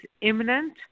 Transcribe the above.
imminent